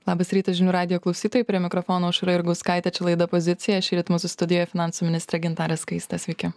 labas rytas žinių radijo klausytojai prie mikrofono aušra jurgauskaitė čia laida pozicija šįryt mūsų studijoje finansų ministrė gintarė skaistė sveiki